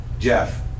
Jeff